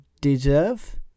deserve